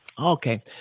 Okay